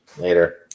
Later